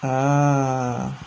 ah